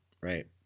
right